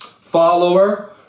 follower